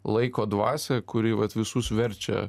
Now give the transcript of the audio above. laiko dvasią kuri vat visus verčia